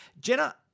Jenna